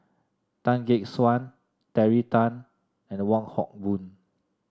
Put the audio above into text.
Tan Gek Suan Terry Tan and Wong Hock Boon